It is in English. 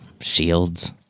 shields